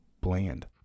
bland